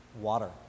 Water